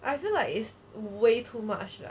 I feel like it's way too much lah